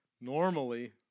Normally